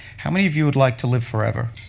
how many of you would like to live forever?